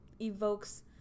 evokes